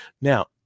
Now